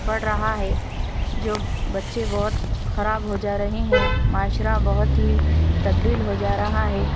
پڑ رہا ہے جو بچے بہت خراب ہوجا رہے ہیں معاشرہ بہت ہی تبدیل ہو جا رہا ہے